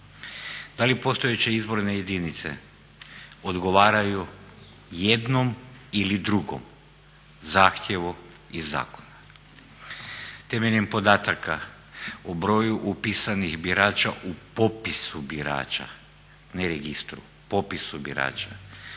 da li postojeće izborne jedinice odgovaraju jednom ili drugom zahtjevu iz zakona. Temeljem podataka o broju upisanih birača u popisu birača, ne registru, popisu birača